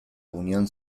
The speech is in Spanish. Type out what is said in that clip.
unión